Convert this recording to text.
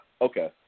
okay